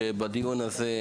שעל סמך הדיון הזה,